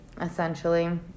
essentially